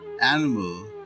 animal